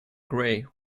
grey